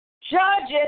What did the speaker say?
judges